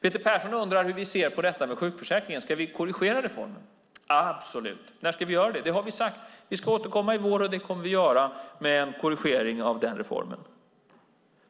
Peter Persson undrar hur vi ser på sjukförsäkringen och frågar om vi ska korrigera reformen? Absolut. När ska vi göra det? Vi har sagt att vi ska återkomma i vår, och det kommer vi att göra, med en korrigering av den reformen.